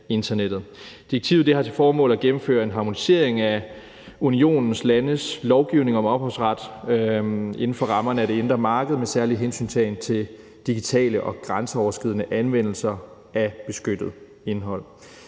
Direktivet har til formål at gennemføre en harmonisering af Unionens landes lovgivning om ophavsret inden for rammerne af det indre marked med særlig hensyntagen til digitale og grænseoverskridende anvendelser af beskyttet indhold.